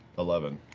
eleven.